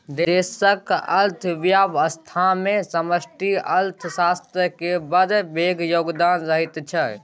देशक अर्थव्यवस्थामे समष्टि अर्थशास्त्रक बड़ पैघ योगदान रहैत छै